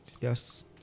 yes